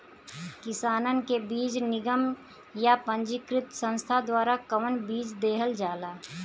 किसानन के बीज निगम या पंजीकृत संस्था द्वारा कवन बीज देहल जाला?